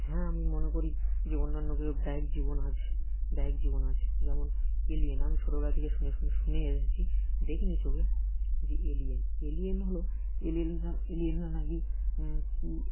হ্যাঁ আমি মনে করি যে অন্যান্য গ্রহে বাহ্যিক জীবন আছে বাহ্যিক জীবন আছে যেমন এলিয়েন আমি ছোটোবেলা থেকে শুনে শুন শুনে এসেছি দেখিনি চোখে যে এলিয়েন এলিয়েন হলো এলিয়েনরা এলিয়েনরা নাকি কী